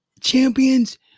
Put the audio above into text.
champions